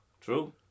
True